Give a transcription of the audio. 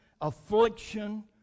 affliction